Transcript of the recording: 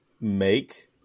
make